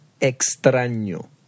Extraño